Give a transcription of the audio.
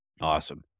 Awesome